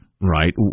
Right